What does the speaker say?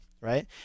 right